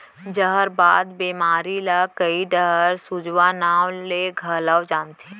जहरबाद बेमारी ल कइ डहर सूजवा नांव ले घलौ जानथें